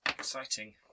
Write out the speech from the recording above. Exciting